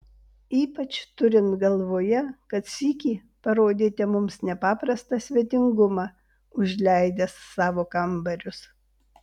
ypač turint galvoje kad sykį parodėte mums nepaprastą svetingumą užleidęs savo kambarius